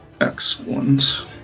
Excellent